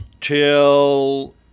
Till